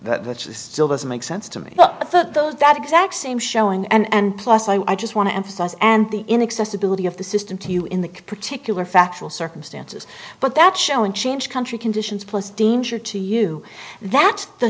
that's still doesn't make sense to me but that those that exact same showing and plus i just want to emphasize and the inaccessibility of the system to you in the particular factual circumstances but that show and change country conditions plus danger to you that the